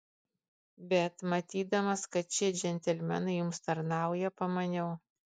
bet matydamas kad šie džentelmenai jums tarnauja pamaniau